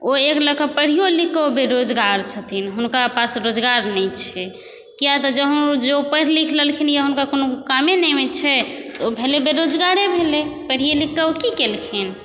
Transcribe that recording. ओ एक लेखेँ पढ़िओ लिखकऽ बेरोजगार छथिन हुनका पास रोजगार नहि छै किएक तऽ जँ ओ जहन पढ़ि लिख लेलखिनए हुनका कोनो कामे नहि होइ छै तऽ ओ भेलै बेरोजगारे भेलै पढ़िए लिखकऽ ओ की केलखिन